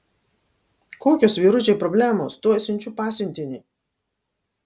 kokios vyručiai problemos tuoj siunčiu pasiuntinį